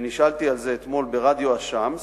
נשאלתי על זה אתמול ברדיו "א-שמס"